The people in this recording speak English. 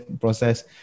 process